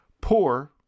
poor